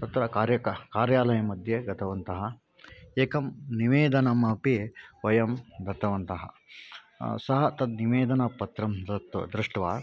तत्र कार्यं कार्यालयं मध्ये गतवन्तः एकं निवेदनमपि वयं दत्तवन्तः सः तद् निवेदनपत्रं दत्वा दृष्ट्वा